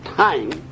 time